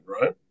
right